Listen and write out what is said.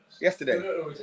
Yesterday